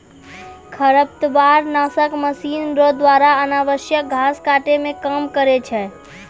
खरपतवार नासक मशीन रो द्वारा अनावश्यक घास काटै मे काम करै छै